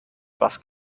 bass